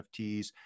NFTs